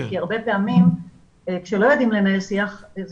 כי הרבה פעמים כשלא יודעים לנהל שיח זה